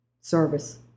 service